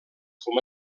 com